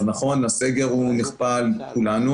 אז נכון, הסגר נכפה על כולנו